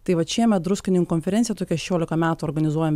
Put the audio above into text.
tai vat šiemet druskininkų konferencija tokią šešiolika metų organizuojam